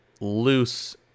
loose